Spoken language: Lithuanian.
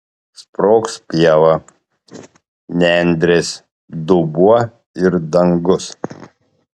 sprogs pieva nendrės dubuo ir dangus